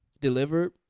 delivered